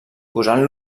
posant